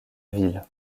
ville